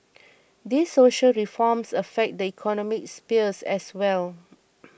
these social reforms affect the economic spheres as well